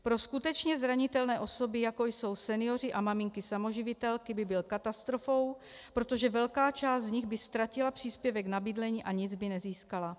Pro skutečně zranitelné osoby, jako jsou senioři a maminky samoživitelky, by byl katastrofou, protože velká část z nich by ztratila příspěvek na bydlení a nic by nezískala.